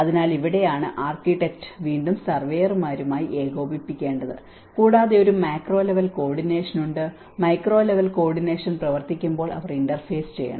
അതിനാൽ ഇവിടെയാണ് ആർക്കിടെക്റ്റ് വീണ്ടും സർവേയർമാരുമായി ഏകോപിപ്പിക്കേണ്ടത് കൂടാതെ ഒരു മാക്രോ ലെവൽ കോർഡിനേഷൻ ഉണ്ട് മൈക്രോ ലെവൽ കോർഡിനേഷൻ പ്രവർത്തിക്കുമ്പോൾ അവർ ഇന്റർഫേസ് ചെയ്യണം